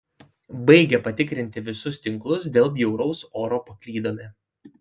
baigę patikrinti visus tinklus dėl bjauraus oro paklydome